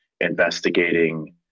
investigating